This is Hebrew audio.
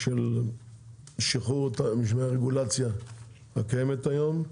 של שחרור הרגולציה הקיימת היום.